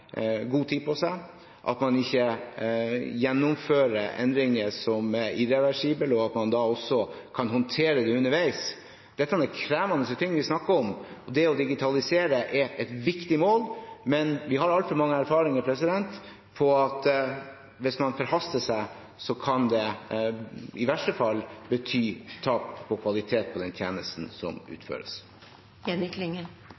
god tid på seg, at man ikke gjennomfører endringer som er irreversible, og at man da også kan håndtere det underveis. Det er krevende ting vi snakker om. Det å digitalisere er et viktig mål, men vi har altfor mange erfaringer som viser at hvis man forhaster seg, kan det i verste fall bety tap av kvalitet på den tjenesten som